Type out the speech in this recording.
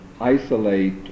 isolate